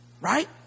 right